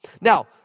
Now